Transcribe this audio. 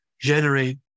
generate